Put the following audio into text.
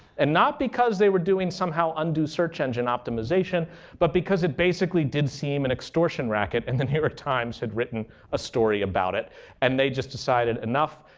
and not because they were doing somehow undo search engine optimization but because it basically did seem an extortion racket, and the new york times had written a story about it and they just decided enough.